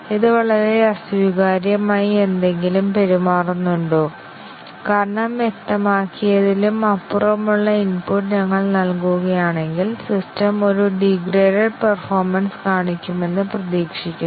ഇത് വളരെ അസ്വീകാര്യമായി എന്തെങ്കിലും പെരുമാറുന്നുണ്ടോ കാരണം വ്യക്തമാക്കിയതിലും അപ്പുറമുള്ള ഇൻപുട്ട് ഞങ്ങൾ നൽകുകയാണെങ്കിൽ സിസ്റ്റം ഒരു ഡീഗ്രേഡഡ് പെർഫോമെൻസ് കാണിക്കുമെന്ന് പ്രതീക്ഷിക്കുന്നു